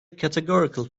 categorical